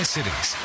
Cities